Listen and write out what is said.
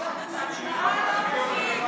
זה לא חוקי.